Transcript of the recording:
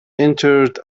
interred